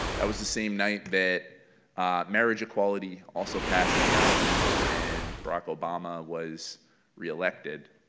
that was the same night that marriage equality also passed in maryland and barack obama was reelected.